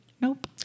Nope